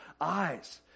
eyes